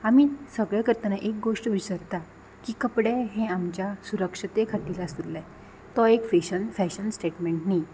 आमी सगळे करतना एक गोश्ट विसरता की कपडे हे आमच्या सुरक्षते खातीर आसुल्ले तो एक फेशन फॅशन स्टेटमँट न्ही